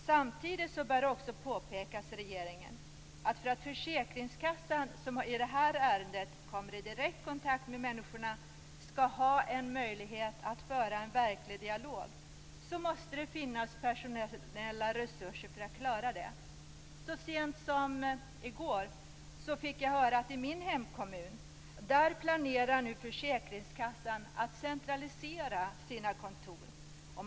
Samtidigt bör det också påpekas för regeringen att för att försäkringskassan, som i det här ärendet kommer i direkt kontakt med människorna, skall ha möjlighet att föra en verklig dialog måste det finnas personella resurser för att klara det. Så sent som i går fick jag höra att i min hemkommun planerar nu försäkringskassan att centralisera sina kontor.